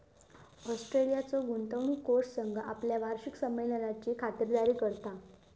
ऑस्ट्रेलियाचो गुंतवणूक कोष संघ आपल्या वार्षिक संमेलनाची खातिरदारी करता